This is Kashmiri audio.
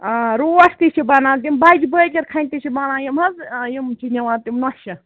آ روٹھ تہِ چھِ بَنان تِم بَجہِ بٲکِر خانہِ تہِ چھِ بَنان یِم حظ یِم چھِ نِوان تِم نۄشہِ